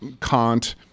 Kant